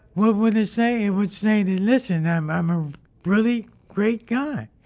what would it say? it would say, listen, i'm, i'm a really great guy.